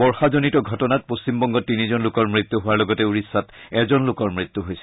বৰ্যজনিত ঘটনাত পশ্চিমবংগত তিনিজন লোকৰ মৃত্যু হোৱাৰ লগতে ওড়িয়্যাত এজন লোকৰ মৃত্যু হৈছে